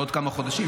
בעוד כמה חודשים,